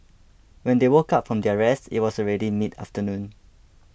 when they woke up from their rest it was already mid afternoon